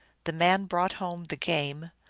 the man brought home the game,